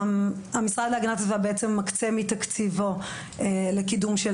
המשרד להגנת הסביבה בעצם מקצה מתקציבו לקידום של